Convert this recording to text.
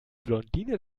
blondine